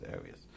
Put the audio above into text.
areas